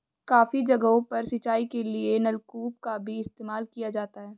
काफी जगहों पर सिंचाई के लिए नलकूप का भी इस्तेमाल किया जाता है